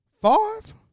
five